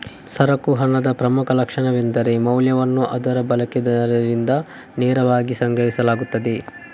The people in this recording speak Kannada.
ಸರಕು ಹಣದ ಪ್ರಮುಖ ಲಕ್ಷಣವೆಂದರೆ ಮೌಲ್ಯವನ್ನು ಅದರ ಬಳಕೆದಾರರಿಂದ ನೇರವಾಗಿ ಗ್ರಹಿಸಲಾಗುತ್ತದೆ